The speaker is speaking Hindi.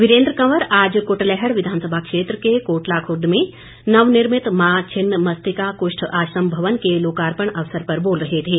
वीरेंद्र कंवर आज कुटलैहड़ विधानसभा क्षेत्र के कोटला रवुर्द में नवनिर्मित मां छिन्नमस्तिका कुष्ठ आश्रम भवन के लोकार्पण अवसर पर बोल रहे थे